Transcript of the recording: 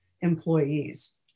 employees